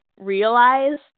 realize